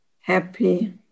happy